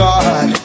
God